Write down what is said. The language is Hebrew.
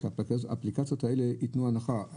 האפליקציות האלה ייתנו הנחה.